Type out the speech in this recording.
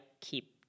keep